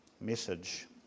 message